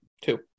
Two